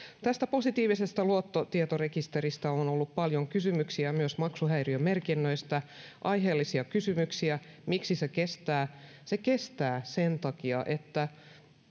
positiivisesta luottotietorekisteristä on ollut paljon kysymyksiä myös maksuhäiriömerkinnöistä aiheellisia kysymyksiä miksi se kestää se kestää sen takia että